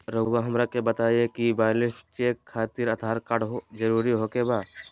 रउआ हमरा के बताए कि बैलेंस चेक खातिर आधार कार्ड जरूर ओके बाय?